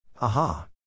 Aha